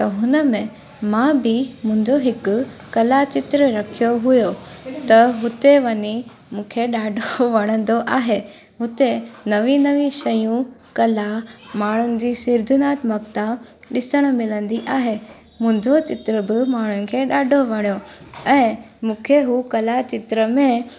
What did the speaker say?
त हुन में मां बि मुंहिंजो हिकु कला चित्र रखियो हुओ त हुते वञी मूंखे ॾाढो वणंदो आहे हुते नईं नईं शयूं कला माण्हुनि जी सृजनात्मकता ॾिसणु मिलंदी आहे मुंहिंजो चित्र बि मां उन्हनि खे ॾाढो वणियो ऐं मूंखे हू कला चित्र में